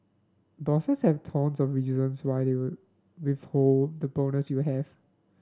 bosses have tons of reasons why they will withhold the bonus you have